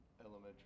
Elementary